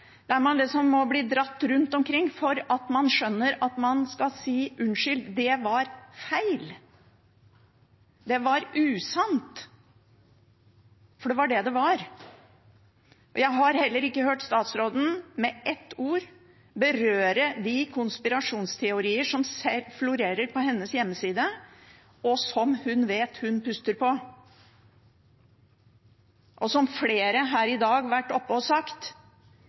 der man liksom må bli dratt rundt omkring for å skjønne at man skal si: Unnskyld, det var feil, det var usant. – For det var det det var. Jeg har heller ikke hørt statsråden med ett ord berøre de konspirasjonsteorier som florerer på hennes hjemmeside, og som hun vet hun puster på. Flere her har i dag vært oppe og sagt: